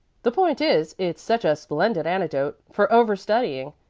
the point is, it's such a splendid antidote for overstudying.